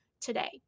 today